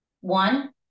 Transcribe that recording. One